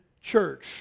church